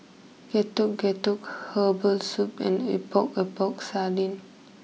Getuk Getuk Herbal Soup and Epok Epok Sardin